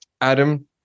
adam